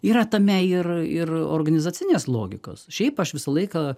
yra tame ir ir organizacinės logikos šiaip aš visą laiką